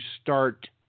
start